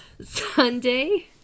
sunday